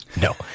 No